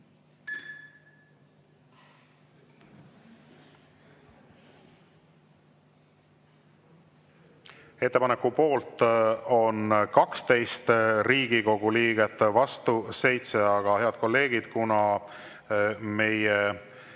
Ettepaneku poolt on 12 Riigikogu liiget, vastu 7. Aga, head kolleegid, kuna meie